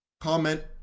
comment